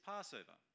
Passover